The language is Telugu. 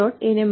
ano depositor